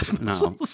no